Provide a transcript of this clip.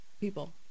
people